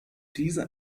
diese